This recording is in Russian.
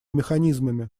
механизмами